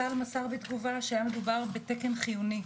צה"ל מסר בתגובה שהיה מדובר בתקן חיוני.